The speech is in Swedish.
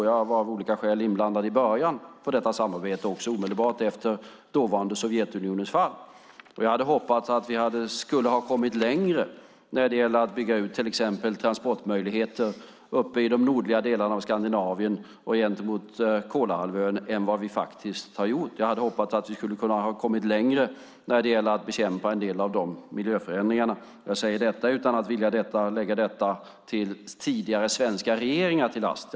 Jag var av olika skäl inblandad i början av detta samarbete, också omedelbart efter dåvarande Sovjetunionens fall. Jag hade hoppats att vi skulle ha kommit längre när det gäller att bygga ut till exempel transportmöjligheter i de nordliga delarna av Skandinavien och gentemot Kolahalvön än vad vi faktiskt har gjort. Jag hade hoppats att vi skulle ha kommit längre när det gäller att bekämpa en del av miljöförändringarna. Jag säger detta utan att vilja lägga detta tidigare svenska regeringar till last.